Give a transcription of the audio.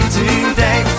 today